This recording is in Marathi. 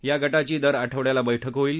या गांधी दर आठवड्याला बैठक होईल